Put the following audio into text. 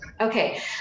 Okay